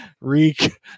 Reek